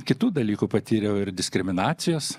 kitų dalykų patyriau ir diskriminacijos